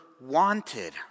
wanted